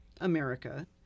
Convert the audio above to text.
America